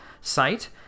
site